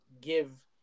give